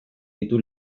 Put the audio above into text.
ditu